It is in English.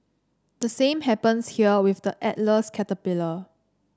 the same happens here with the Atlas caterpillar